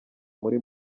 muri